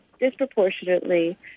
disproportionately